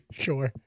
sure